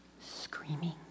screaming